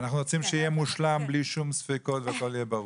אנחנו רוצים שיהיה מושלם בלי שום ספקות שהכל יהיה ברור,